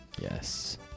Yes